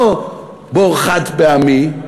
לא בור חד-פעמי,